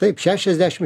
taip šešiasdešim